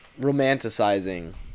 romanticizing